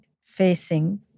facing